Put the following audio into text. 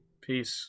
Peace